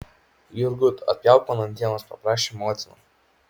jurgut atpjauk man antienos paprašė motina